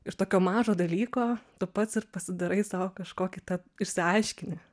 iš tokio mažo dalyko tu pats ir pasidarai sau kažkokį tą išsiaiškini